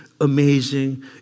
amazing